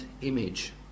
image